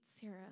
Sarah